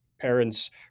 parents